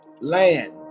land